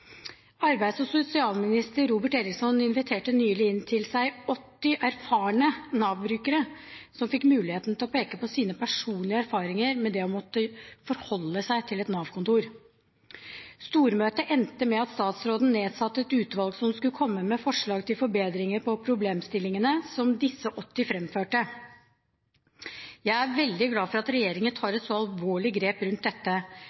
Arbeids- og sosialminister Robert Eriksson inviterte nylig inn til seg 80 erfarne Nav-brukere som fikk muligheten til å peke på sine personlige erfaringer med det å måtte forholde seg til et Nav-kontor. Stormøtet endte med at statsråden nedsatte et utvalg som skulle komme med forslag til forbedringer av problemstillingene som disse 80 framførte. Jeg er veldig glad for at regjeringen tar et så alvorlig grep rundt dette,